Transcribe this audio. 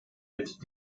mit